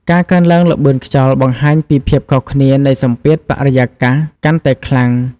ការកើនឡើងល្បឿនខ្យល់បង្ហាញពីភាពខុសគ្នានៃសម្ពាធបរិយាកាសកាន់តែខ្លាំង។